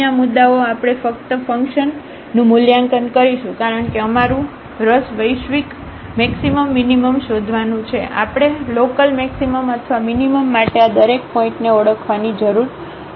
તેથી અહીં આ મુદ્દાઓ આપણે ફક્ત ફંકશનનું મૂલ્યાંકન કરીશું કારણ કે અમારું રસ વૈશ્વિક મેક્સિમમ મીનીમમ શોધવાનું છે આપણે લોકલમેક્સિમમ અથવા મીનીમમ માટે આ દરેક પોઇન્ટને ઓળખવાની જરૂર નથી